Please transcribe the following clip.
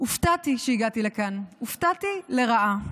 הופתעתי כשהגעתי לכאן, הופתעתי לרעה.